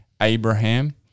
Abraham